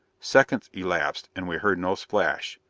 seconds elapsed and we heard no splash.